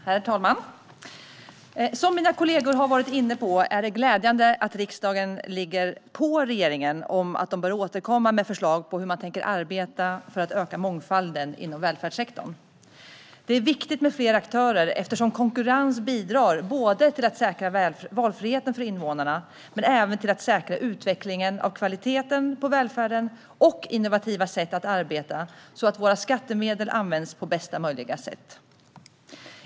Herr talman! Som mina kollegor har varit inne på är det glädjande att riksdagen ligger på regeringen om att återkomma med förslag på hur man tänker arbeta för att öka mångfalden inom välfärdssektorn. Det är viktigt med flera aktörer, eftersom konkurrens bidrar både till att säkra valfriheten för invånarna och till att säkra utvecklingen av kvaliteten på välfärden och innovativa sätt att arbeta så att våra skattemedel används på bästa möjliga sätt.